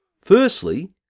Firstly